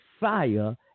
Messiah